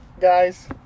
Guys